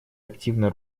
активно